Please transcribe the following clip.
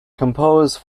compose